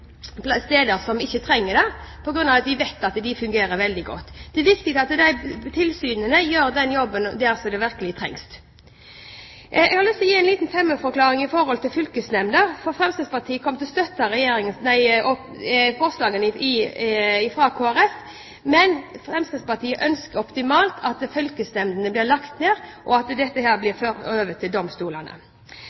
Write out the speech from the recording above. med steder som ikke trenger det, på grunn av at man vet at de fungerer veldig godt. Det er viktig at tilsynene gjør den jobben der det virkelig trengs. Jeg har lyst til å gi en liten stemmeforklaring når det gjelder dette med fylkesnemndene. Fremskrittspartiet kommer til å støtte forslagene fra Kristelig Folkeparti, men vi mener at det optimale vil være at fylkesnemndene blir lagt ned, og at dette blir overført til domstolene.